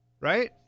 Right